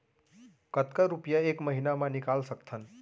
कतका रुपिया एक महीना म निकाल सकथन?